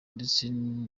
ndetse